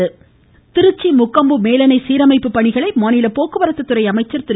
முக்கொம்பு திருச்சி முக்கொம்பு மேலணை சீரமைப்பு பணிகளை மாநில போக்குவரத்து துறை அமைச்சர் திரு